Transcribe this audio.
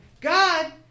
God